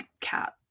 cat